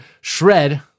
shred